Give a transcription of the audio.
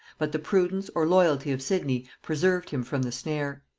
but the prudence or loyalty of sidney preserved him from the snare.